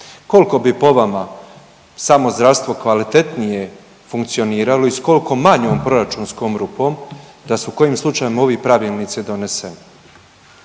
Koliko bi po vama samo zdravstvo kvalitetnije funkcioniralo i s koliko manjom proračunskom rupom, da su kojim slučajem ovi pravilnici doneseni?